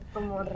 Como